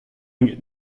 ugent